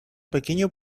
pequeño